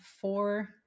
four